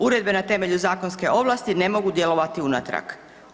Uredbe na temelju zakonske ovlasti ne mogu djelovati unatrag.